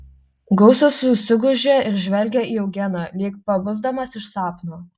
gausas susigūžė ir žvelgė į eugeną lyg pabusdamas iš sapno